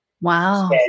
Wow